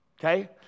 okay